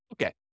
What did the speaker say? Okay